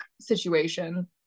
situation